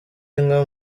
inka